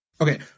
Okay